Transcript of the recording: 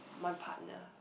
my partner